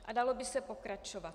A dalo by se pokračovat.